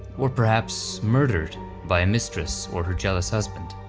or perhaps murdered by a mistress or her jealous husband?